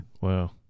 Wow